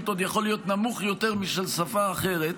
עוד יכול להיות נמוך יותר משל שפה אחרת.